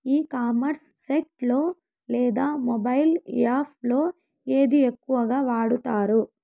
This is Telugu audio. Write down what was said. ఈ కామర్స్ సైట్ లో లేదా మొబైల్ యాప్ లో ఏది ఎక్కువగా వాడుతారు?